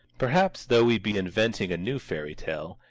perhaps, though we be inventing a new fairy-tale,